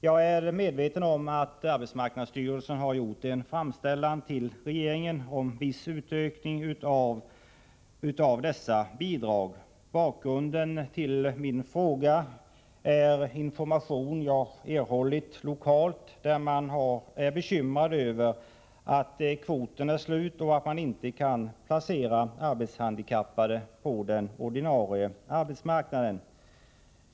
Jag är medveten om att arbetsmarknadsstyrelsen har gjort en framställan till regeringen om en viss utökning när det gäller dessa bidrag. Bakgrunden till min fråga är den information som jag har erhållit lokalt. Man är bekymrad över att kvoten är fylld, så att man inte kan placera arbetshandikappade på den ordinarie arbetsmarknaden.